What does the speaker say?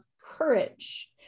courage